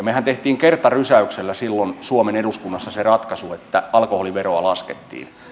mehän teimme kertarysäyksellä silloin suomen eduskunnassa sen ratkaisun että alkoholiveroa laskettiin